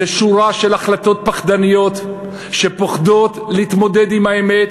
זה שורה של החלטות פחדניות שפוחדות להתמודד עם האמת,